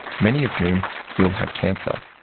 many of whom will have cancer.